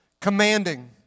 Commanding